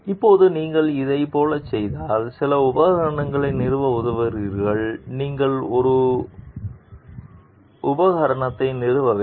இப்போது நீங்கள் இதைப் போலச் சென்றால் சில உபகரணங்களை நிறுவ உதவுகிறீர்கள் நீங்களே ஒரு உபகரணத்தை நிறுவ வேண்டும்